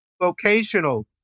vocational